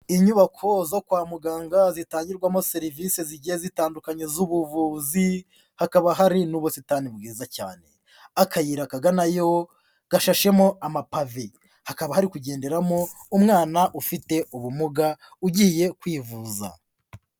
Inyubako zo kwa muganga zitangirwamo serivisi zigiye zitandukanye z'ubuvuzi, hakaba hari n'ubusitani bwiza cyane, akayira kaganayo gashashemo amapave, hakaba hari kugenderamo umwana ufite ubumuga ugiye kwivuza.